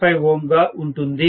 5 Ω గా ఉంటుంది